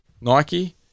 Nike